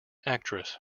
actress